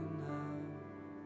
now